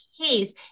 case